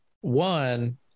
One